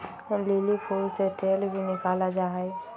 lily फूल से तेल भी निकाला जाहई